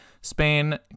Spain